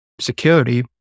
security